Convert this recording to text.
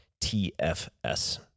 TFS